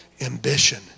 ambition